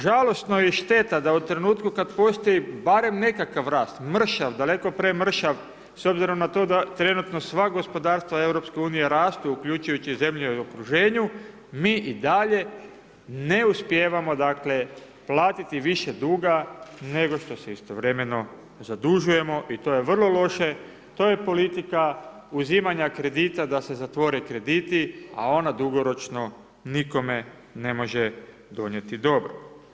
Žalosno je i šteta da u trenutku kada postoji barem nekakav rast, mršav daleko premršav s obzirom na to da trenutno sva gospodarstva EU rastu uključujući i zemlje u okruženju, mi i dalje ne uspijevamo dakle platiti više duga nego što se istovremeno zadužujemo i to je vrlo loše, to je politika uzimanja kredita da se zatvore krediti, a ona dugoročno nikome ne može donijeti dobro.